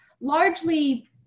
largely